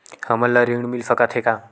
हमन ला ऋण मिल सकत हे का?